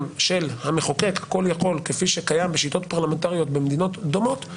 של המחוקק הכול יכול כפי שקיים בשיטות פרלמנטריות במדינות דומות,